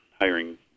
hiring